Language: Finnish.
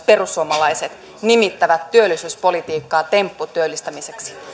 perussuomalaiset nimittävät työllisyyspolitiikkaa tempputyöllistämiseksi